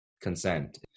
consent